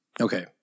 Okay